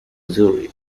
zurich